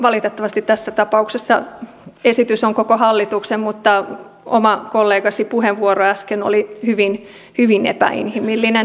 valitettavasti tässä tapauksessa esitys on koko hallituksen mutta oman kollegasi puheenvuoro äsken oli hyvin epäinhimillinen